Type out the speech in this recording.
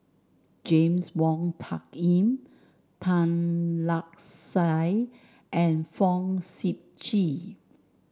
James Wong Tuck Yim Tan Lark Sye and Fong Sip Chee